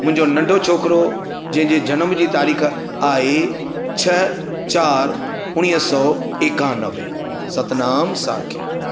मुंहिंजो नंढो छोकिरो जंहिंजे जनमु जी तारीख़ आहे छह चारि उणिवीह सौ एकानवे सतनाम साखी